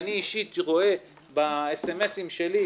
אני אישית רואה ב-SMS שלי,